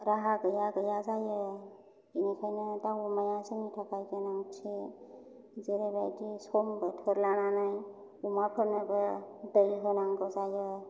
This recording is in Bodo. राहा गैया गैया जायो बिनिखायनो दाव अमाया जोंनि थाखाय गोनांथि जेरैबाइदि सम बोथोर लानानै अमा फोरनोबो दै होनांगौ जायो